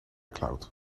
cloud